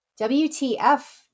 WTF